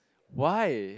why